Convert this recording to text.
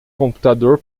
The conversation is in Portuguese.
computador